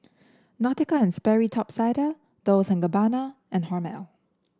Nautica And Sperry Top Sider Dolce and Gabbana and Hormel